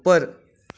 उप्पर